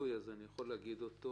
בדוי אז אני יכול להגיד אותו